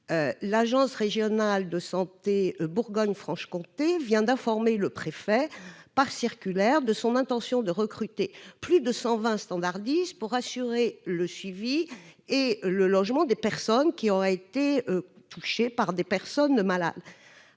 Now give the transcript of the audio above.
l'agence régionale de santé Bourgogne-Franche-Comté vient d'informer le préfet, par circulaire, de son intention de recruter plus de 120 standardistes pour assurer le suivi et le logement de personnes ayant été en contact avec un cas